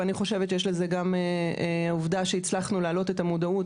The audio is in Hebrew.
ואני חושבת שהעובדה שהצלחנו להעלות את המודעות